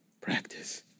Practice